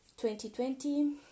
2020